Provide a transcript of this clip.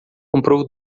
comprou